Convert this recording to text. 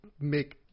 make